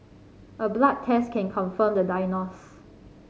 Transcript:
a blood test can confirm the diagnosis